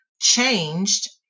changed